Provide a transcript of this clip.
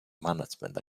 management